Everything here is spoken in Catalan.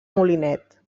molinet